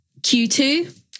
Q2